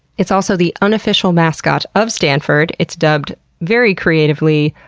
it's also the unofficial mascot of stanford. it's dubbed, very creatively,